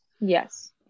Yes